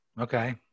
okay